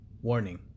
Warning